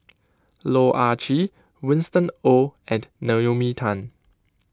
Loh Ah Chee Winston Oh and Naomi Tan